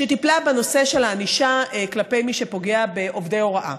שטיפלה בנושא של הענישה כלפי מי שפוגע בעובדי הוראה.